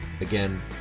Again